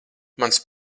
mans